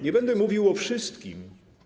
Nie będę mówił o wszystkim.